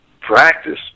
practice